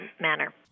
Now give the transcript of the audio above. manner